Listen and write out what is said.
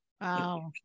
Wow